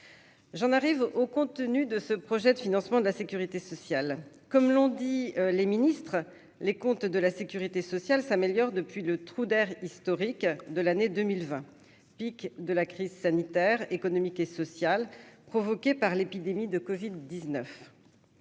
j'en arrive au compte-tenu de ce projet de financement de la Sécurité sociale, comme l'ont dit les ministres, les comptes de la Sécurité Sociale s'améliore depuis le trou d'air historique de l'année 2020, pic de la crise sanitaire, économique et sociale provoquée par l'épidémie de Covid 19